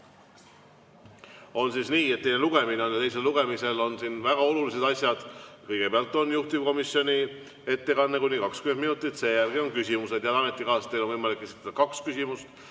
On siis nii, et on teine lugemine ja teisel lugemisel on siin väga olulised asjad. Kõigepealt on juhtivkomisjoni ettekanne kuni 20 minutit, seejärel on küsimused. Head ametikaaslased, teil on võimalik esitada kaks küsimust.